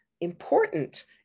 important